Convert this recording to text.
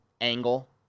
angle